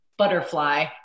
butterfly